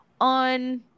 on